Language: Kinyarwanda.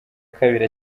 kabiri